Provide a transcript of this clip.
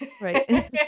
Right